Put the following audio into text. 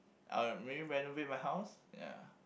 uh maybe renovate my house ya